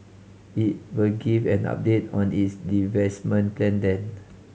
it will give an update on its divestment plan then